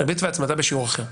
ריבית והצמדה בשיעור אחר,